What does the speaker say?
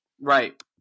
Right